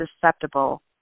susceptible